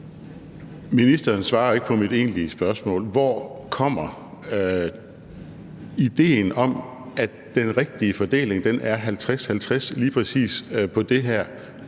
Ministeren svarer ikke på mit egentlige spørgsmål: Hvorfra kommer idéen om, at den rigtige fordeling er 50-50 på lige præcis det her